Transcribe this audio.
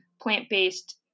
plant-based